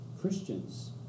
Christians